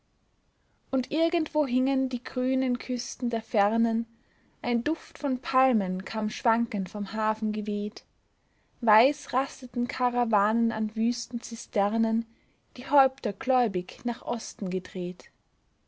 und irgendwo hingen die grünen küsten der fernen ein duft von palmen kam schwankend vom hafen geweht weiß rasteten karawanen an wüsten zisternen die häupter gläubig nach osten gedreht